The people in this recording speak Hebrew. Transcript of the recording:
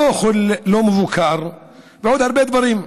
אוכל לא מבוקר ועוד הרבה דברים,